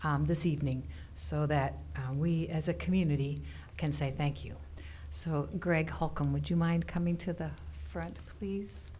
this evening so that we as a community can say thank you so greg holcomb would you mind coming to the front please